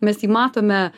mes jį matome